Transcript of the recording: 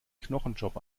knochenjob